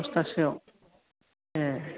दस थासोयाव ए